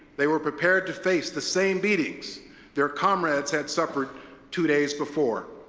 they were prepared to face the same beatings their comrades had suffered two days before.